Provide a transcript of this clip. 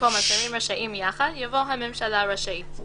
במקום "השרים רשאים יחד" יבוא "הממשלה רשאית".